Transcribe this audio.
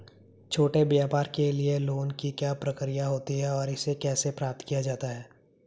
छोटे व्यापार के लिए लोंन की क्या प्रक्रिया होती है और इसे कैसे प्राप्त किया जाता है?